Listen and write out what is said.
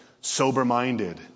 sober-minded